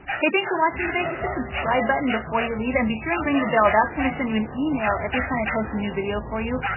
hey, thanks for watching today. hit the subscribe button before you leave and be sure and bring the bell. that's going to send you an email every time i post a new video for you.